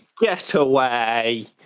getaway